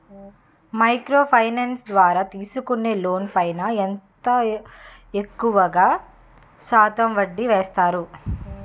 Micro finance ద్వారా తీసుకునే loan పై ఎక్కువుగా ఎంత శాతం వడ్డీ వేస్తారు?